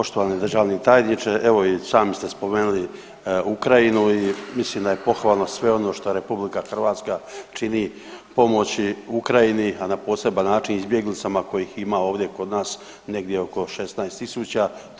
Poštovani državni tajniče, evo i sami ste spomenuli Ukrajinu i mislim da je pohvalno sve ono šta RH čini pomoći Ukrajini, a na poseban način izbjeglicama kojih ima ovdje kod nas negdje oko 16.000.